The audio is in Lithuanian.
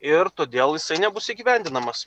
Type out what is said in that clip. ir todėl jisai nebus įgyvendinamas